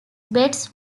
betts